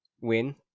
win